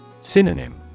Synonym